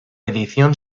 edición